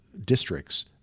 districts